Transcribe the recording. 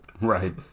Right